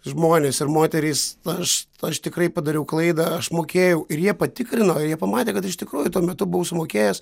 žmonės ir moterys aš aš tikrai padariau klaidą aš mokėjau ir jie patikrino ir jie pamatė kad iš tikrųjų tuo metu buvo sumokėjęs